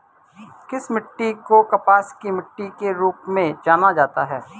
किस मिट्टी को कपास की मिट्टी के रूप में जाना जाता है?